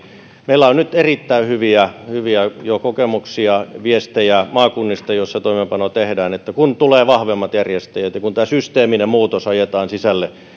meillä on nyt jo erittäin hyviä hyviä kokemuksia viestejä maakunnista joissa toimeenpano tehdään että kun tulee vahvemmat järjestäjät ja kun tämä systeeminen muutos ajetaan sisälle